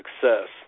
success